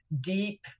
deep